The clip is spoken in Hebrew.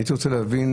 הייתי רוצה להבין,